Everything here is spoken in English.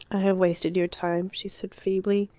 i have wasted your time, she said feebly.